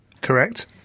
Correct